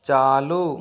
चालू